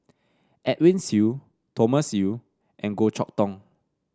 Edwin Siew Thomas Yeo and Goh Chok Tong